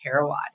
Terawatt